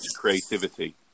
creativity